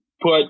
put